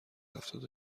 هفتاد